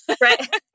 Right